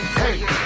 hey